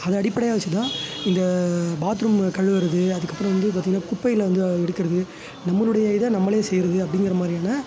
அதை அடிப்படையாக வெச்சு தான் இந்த பாத்ரூமை கழுவுறது அதுக்கப்புறம் வந்து பார்த்தீங்கன்னா குப்பைகளை வந்து எடுக்கிறது நம்மளுடைய இதை நம்மளே செய்யறது அப்படிங்கிற மாதிரியான